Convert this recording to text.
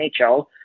NHL